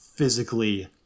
physically